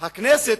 שהכנסת,